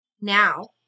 now